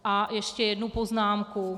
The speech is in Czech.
A ještě jednu poznámku.